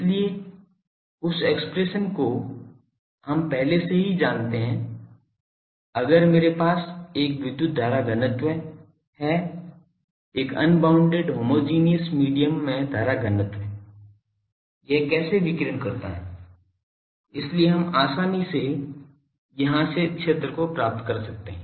इसलिए इस एक्सप्रेशन को हम पहले से ही जानते हैं अगर मेरे पास एक विद्युत धारा घनत्व है एक अनबॉउंडेड होमोजेनियस मीडियम में धारा घनत्व यह कैसे विकिरण करता है इसलिए हम आसानी से यहां से क्षेत्र को प्राप्त कर सकते हैं